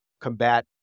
combat